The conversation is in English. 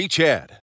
Chad